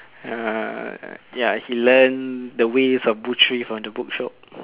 uh ya he learn the ways of butchery from the book shop